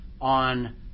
on